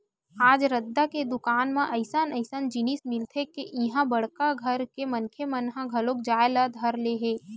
आज रद्दा के दुकान म अइसन अइसन जिनिस मिलथे के इहां बड़का घर के मनखे मन घलो जाए ल धर ले हे